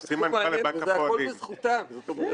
אפילו בלילה הקודם עוד נעשתה פה עבודה,